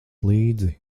līdzi